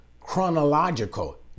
chronological